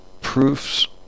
Proofs